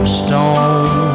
stone